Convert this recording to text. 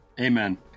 Amen